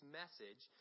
message